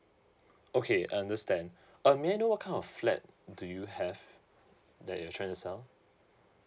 okay I understand uh may I know what kind of flat do you have that you're trying to sell